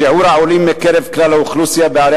שיעור העולים בקרב כלל האוכלוסייה בערי